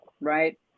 right